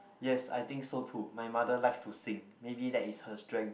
yes I think so too my mother likes to sing maybe that is her strength